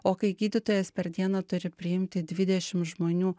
o kai gydytojas per dieną turi priimti dvidešim žmonių